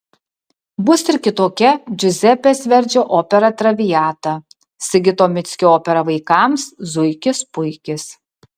bus ir kitokia džiuzepės verdžio opera traviata sigito mickio opera vaikams zuikis puikis